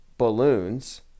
balloons